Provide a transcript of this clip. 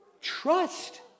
Trust